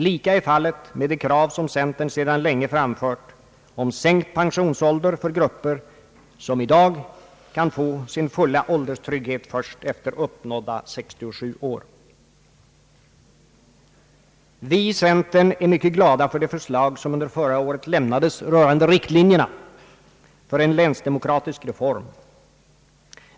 Lika är fallet med det krav som centern sedan länge framfört om sänkt pensionsålder för grupper som i dag kan få sin fulla ålderstrygghet först efter uppnådda 67 år. Vi i centern är mycket glada för det förslag som under förra året lämnades rörande riktlinjerna för en länsdemokratisk reform.